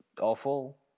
awful